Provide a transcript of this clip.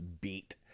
beat